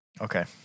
Okay